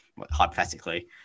hypothetically